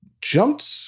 jumped